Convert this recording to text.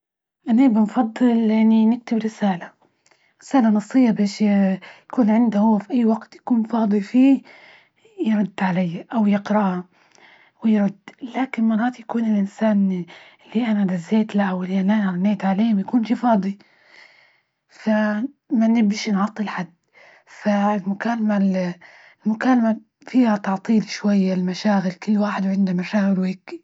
أنا بنفضل يعني نكتب رسالة، رسالة نصية، بش ي يكون عنده هو في أي وقت يكون فاضي فيه يرد علي أو يقرأها ويرد، لكن مرات يكون الإنسان إللي أنا دزيت له، واللي انا غنيت عليه ما يكونش فاضي، فما نبش نعطل حد ف المكالمة ال المكالمة فيها تعطيل شوية، المشاغل ، كل واحد عنده مشاغل وهيكى.